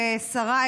כשרה,